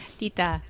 tita